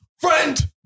friend